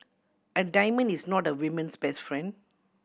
a diamond is not a women's best friend